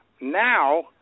Now